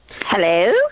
Hello